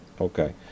Okay